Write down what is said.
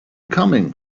coming